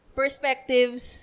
perspectives